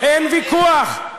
אין ויכוח.